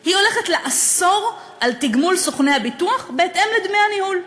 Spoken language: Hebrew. היא הולכת לאסור את תגמול סוכני הביטוח בהתאם לדמי הניהול.